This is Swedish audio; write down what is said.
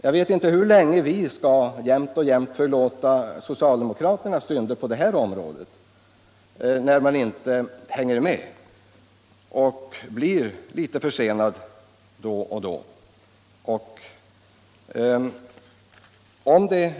Jag vet inte hur länge vi skall hålla på att förlåta socialdemokraterna för att de inte hänger med "på det här området utan gång på gång blir försenade.